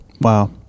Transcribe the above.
Wow